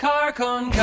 Carcon